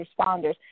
responders